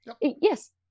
Yes